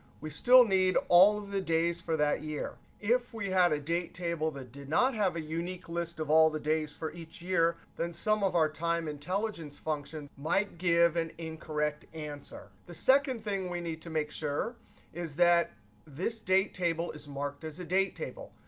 we still need all of the days for that year. if we had a date table that did not have a unique list of all the days for each year, then some of our time intelligence functions might give an incorrect answer. the second thing we need to make sure is that this date table is marked as a date table.